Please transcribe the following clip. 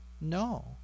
No